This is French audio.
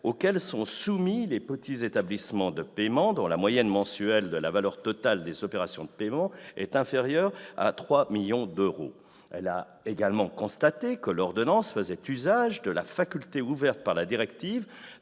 auxquelles sont soumis les petits établissements de paiement, dont la moyenne mensuelle de la valeur totale des opérations de paiement est inférieure à 3 millions d'euros. Elle a également constaté que l'ordonnance faisait usage de la faculté ouverte par la directive